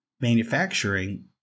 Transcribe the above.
manufacturing